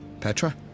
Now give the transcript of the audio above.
Petra